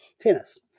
tennis